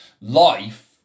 Life